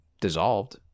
dissolved